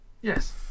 Yes